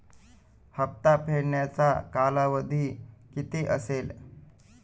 हप्ता फेडण्याचा कालावधी किती असेल?